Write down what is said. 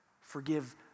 Forgive